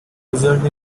result